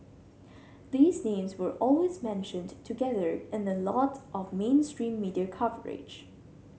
these names were always mentioned together in a lot of mainstream media coverage